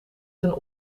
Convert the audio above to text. zijn